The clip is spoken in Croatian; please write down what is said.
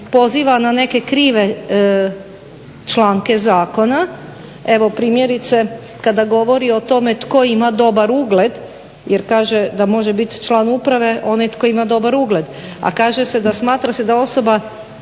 poziva na neke krive članke zakona. Evo primjerice kada govori o tome tko ima dobar ugled, jer kaže da može biti član uprave onaj tko ima dobar ugled, a kaže se da smatra se da osoba